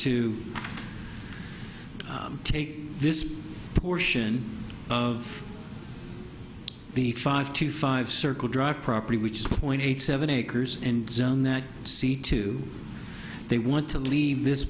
to take this portion of the five to five circle drive property which is point eight seven acres and zone that c two they want to leave this